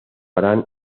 harán